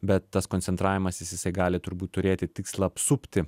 bet tas koncentravimasis jisai gali turbūt turėti tikslą apsupti